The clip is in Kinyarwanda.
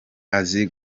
azi